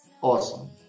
awesome